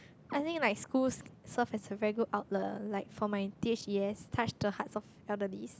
I think like schools serve as a very good outlet like for my T H C S touch the hearts of elderlies